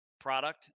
product